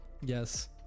Yes